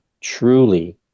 truly